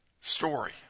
story